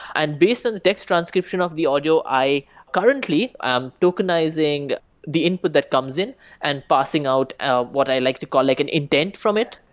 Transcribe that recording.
and based on the text transcription of the audio, i currently am tokenizing the input that comes in and passing out out what i like to call like an intent from it.